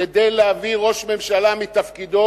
כדי להעביר ראש ממשלה מתפקידו,